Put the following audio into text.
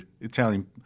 Italian